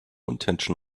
intention